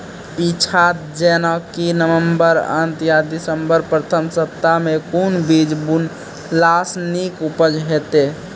पीछात जेनाकि नवम्बर अंत आ दिसम्बर प्रथम सप्ताह मे कून बीज बुनलास नीक उपज हेते?